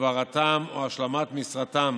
העברתם או השלמת משרתם